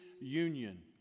union